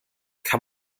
kann